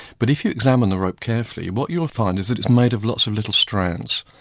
but if you examine the rope carefully what you'll find is that it's made of lots of little strands,